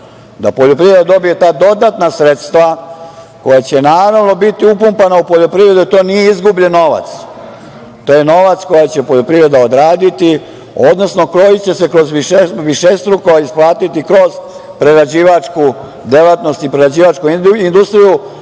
da poljoprivreda dobije ta dodatna sredstva koja će naravno biti upumpana u poljoprivredu, jer to nije izgubljen novac, to je novac koji će poljoprivreda odraditi, odnosno koji će se višestruko isplatiti kroz prerađivačku delatnost i prerađivačku industriju,